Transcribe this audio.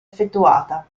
effettuata